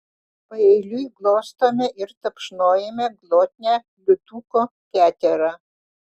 paeiliui glostome ir tapšnojame glotnią liūtuko keterą